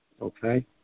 okay